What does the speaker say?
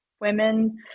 women